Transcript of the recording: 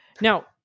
Now